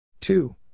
Two